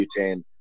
butane